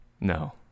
No